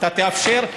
אתה תאפשר?